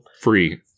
Free